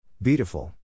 Beautiful